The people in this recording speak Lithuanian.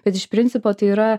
bet iš principo tai yra